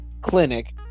clinic